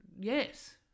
yes